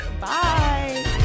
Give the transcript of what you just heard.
Bye